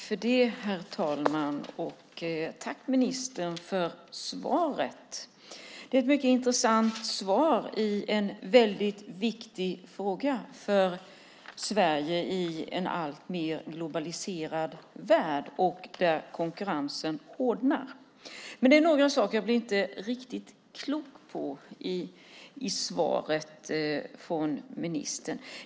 Herr talman! Tack för svaret, ministern! Det är ett mycket intressant svar i en väldigt viktig fråga för Sverige i en alltmer globaliserad värld och där konkurrensen hårdnar. Men det är några saker jag inte blir riktigt klok på i svaret från ministern.